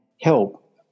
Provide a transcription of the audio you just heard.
help